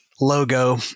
logo